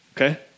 Okay